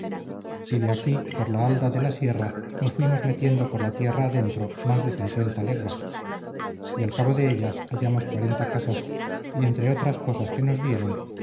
y de aquí por la halda de la sierra nos fuimos metiendo por la tierra adentro más de cincuenta leguas y al cabo de ellas hallamos cuarenta casas y entre otras cosas que nos dieron